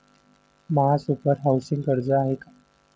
महासुपर हाउसिंग कर्ज आहे का?